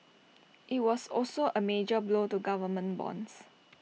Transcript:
IT was also A major blow to government bonds